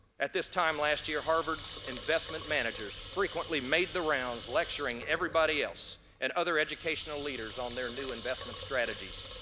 at this time last year, harvard's investment managers frequently made the rounds lecturing everybody else and other educational leaders on their new investment strategies.